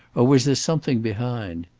or was there something behind?